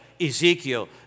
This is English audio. Ezekiel